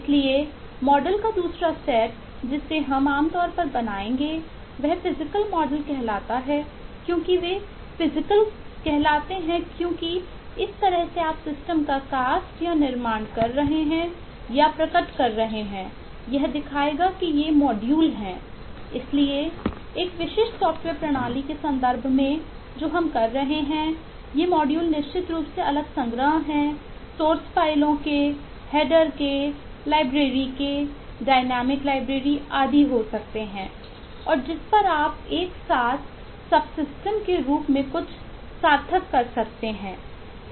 इसलिए मॉडल का दूसरा सेट जिसे हम आम तौर पर बनाएंगे फिजिकल मॉडल का डायनामिक लाइब्रेरी आदि हो सकते हैं और जिस पर एक साथ सबसिस्टम के रूप में कुछ सार्थक होता है